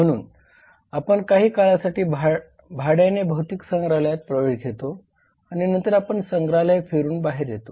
म्हणून आपण काही काळासाठी भाड्याने भौतिक संग्रहालयात प्रवेश घेतो आणि नंतर आपण संग्रहालय फिरून बाहेर येतो